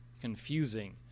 confusing